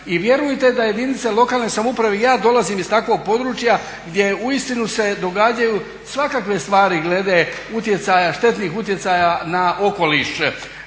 i vjerujte da jedinice lokalne samouprave. Ja dolazim iz takvog područja gdje uistinu se događaju svakakve stvari glede utjecaja štetnih utjecaja na okoliš